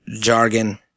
jargon